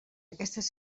aquestes